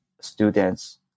students